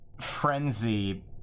frenzy